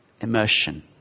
Immersion